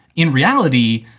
in reality,